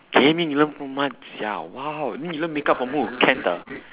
gaming learn from marzia !wow! then you learn makeup from who kent ah